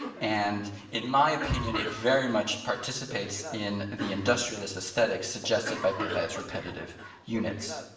and in my opinion, it very much participates in the industrialist aesthetic suggested by perret's repetitive units.